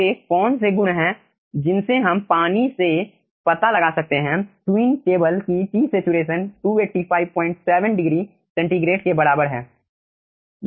वे कौन से गुण हैं जिनसे हम पानी से पता लगा सकते हैं ट्विन टेबल कि Tsat 2857 डिग्री सेंटीग्रेड के बराबर है